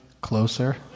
closer